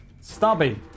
Stubby